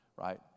Right